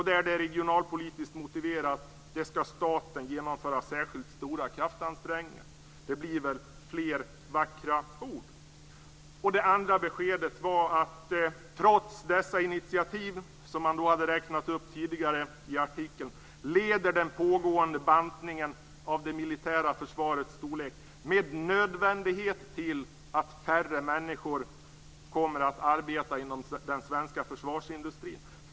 Där det är regionalpolitiskt motiverat skall staten genomföra särskilt stora kraftansträngningar. Det blir väl fler vackra ord. Det andra beskedet var att trots dessa initiativ, som man hade räknat upp tidigare i artikeln, leder den pågående bantningen av det militära försvarets storlek med nödvändighet till att färre människor kommer att arbeta inom den svenska försvarsindustrin.